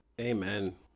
Amen